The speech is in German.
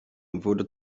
wurde